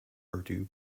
urdu